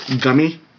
Gummy